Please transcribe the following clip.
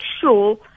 sure